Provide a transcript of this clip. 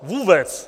Vůbec.